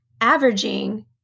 averaging